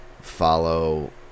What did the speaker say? follow